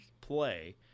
play